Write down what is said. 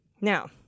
Now